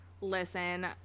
Listen